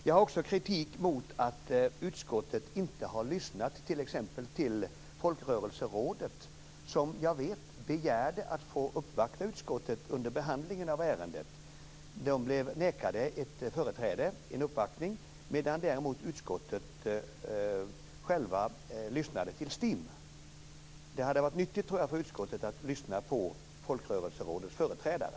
Jag har också kritik mot att utskottet inte har lyssnat till t.ex. Folkrörelserådet, som jag vet begärde att få uppvakta utskottet under behandlingen av ärendet. De blev nekade ett företräde, en uppvaktning, medan däremot utskottet självt lyssnade till STIM. Det hade varit nyttigt, tror jag, för utskottet att lyssna på Folkrörelserådets företrädare.